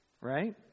right